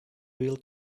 real